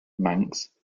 manx